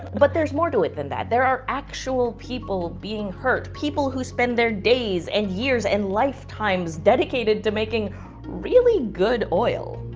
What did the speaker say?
but there's more to it than that. there are actual people being hurt, people who spend their days and years and lifetimes dedicated to making really good oil.